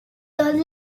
tot